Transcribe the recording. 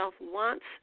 wants